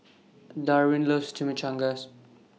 Darwin loves Chimichangas